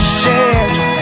shared